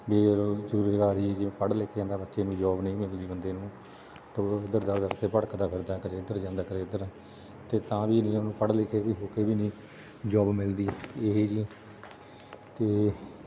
ਬੇਰੁਜ਼ਗਾਰੀ ਜਿਵੇਂ ਪੜ੍ਹ ਲਿਖ ਜਾਂਦਾ ਬੱਚੇ ਨੂੰ ਜੋਬ ਨਹੀਂ ਮਿਲਦੀ ਬੰਦੇ ਨੂੰ ਤਾਂ ਉਹ ਦਰ ਦਰ 'ਤੇ ਭੜਕਦਾ ਫਿਰਦਾ ਕਦੇ ਇੱਧਰ ਜਾਂਦਾ ਕਦੇ ਉੱਧਰ ਅਤੇ ਤਾਂ ਵੀ ਨਹੀਂ ਉਹਨੂੰ ਪੜ੍ਹ ਲਿਖ ਕੇ ਵੀ ਹੋ ਕੇ ਵੀ ਨਹੀਂ ਜੋਬ ਮਿਲਦੀ ਇਹ ਜੀ ਅਤੇ